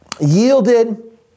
yielded